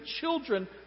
children